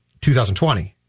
2020